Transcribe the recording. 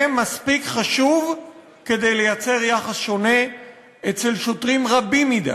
מספיק חשוב כדי לייצר יחס שונה אצל שוטרים רבים מדי.